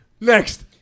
next